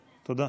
תודה.